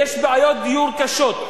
ויש בעיות דיור קשות,